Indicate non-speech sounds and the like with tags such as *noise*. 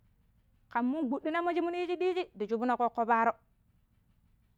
*noise* ƙan mungbudinanb mo̱ shi minu yiiji ndi shubno̱ ƙoƙƙo paaro̱. *noise*